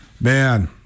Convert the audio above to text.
man